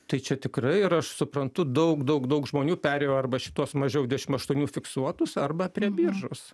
tai čia tikrai ir aš suprantu daug daug daug žmonių perėjo arba šituos mažiau dvidešim aštuonių fiksuotus arba prie biržos